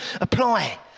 apply